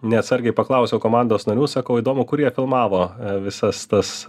neatsargiai paklausiau komandos narių sakau įdomu kur jie filmavo visas tas